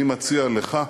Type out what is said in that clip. אני מציע לך,